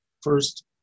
first